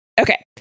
Okay